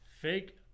Fake